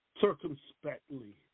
circumspectly